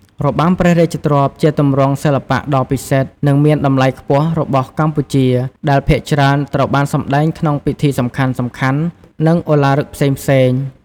របាំព្រះរាជទ្រព្យជាទម្រង់សិល្បៈដ៏ពិសិដ្ឋ និងមានតម្លៃខ្ពស់របស់កម្ពុជា ដែលភាគច្រើនត្រូវបានសម្តែងក្នុងពិធីសំខាន់ៗ និងឧឡារិកផ្សេងៗ។